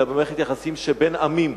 אלא במערכת יחסים שבין עמים.